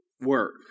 work